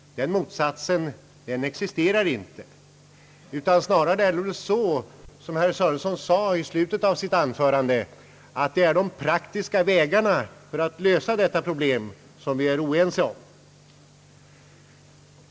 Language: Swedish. Snarare är det så, som herr Sörenson sade i sitt anförande, att det är de praktiska vägarna för att lösa detta problem som vi är oeniga om.